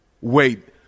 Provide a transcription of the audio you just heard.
wait